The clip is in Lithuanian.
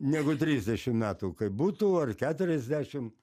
negu trisdešim metų kai būtų ar keturiasdešim